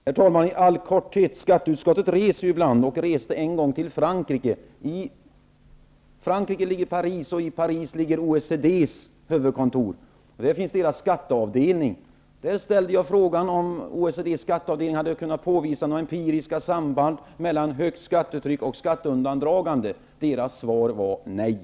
Herr talman! I all korthet vill jag säga att skatteutskottet reser ju ibland, och reste en gång till Frankrike. I Frankrike ligger Paris, och i Paris ligger OECD:s huvudkontor. Där finns deras skatteavdelning. Där ställde jag frågan om OECD:s skatteavdelning hade kunnat påvisa några empiriska samband mellan högt skattetryck och skatteundandragande. Deras svar var nej.